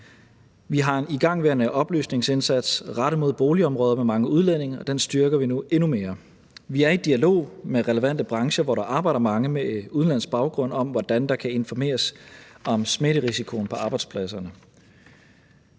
Vi har en igangværende oplysningsindsats rettet mod boligområder med mange udlændinge, og den styrker vi nu endnu mere. Vi er i dialog med relevante brancher, hvor der arbejder mange med udenlandsk baggrund, om, hvordan der kan informeres om smitterisikoen på arbejdspladserne,